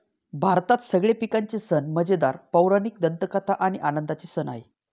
भारतात सगळे पिकांचे सण मजेदार, पौराणिक दंतकथा आणि आनंदाचे सण आहे